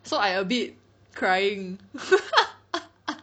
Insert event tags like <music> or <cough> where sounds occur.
so I a bit crying <laughs>